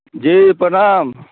जी प्रणाम